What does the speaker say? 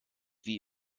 wie